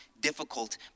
difficult